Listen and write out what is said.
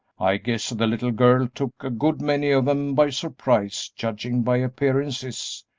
i guess the little girl took a good many of em by surprise, judging by appearances,